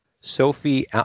Sophie